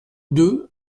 deux